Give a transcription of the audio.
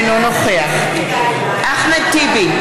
אינו נוכח אחמד טיבי,